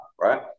right